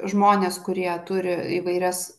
žmonės kurie turi įvairias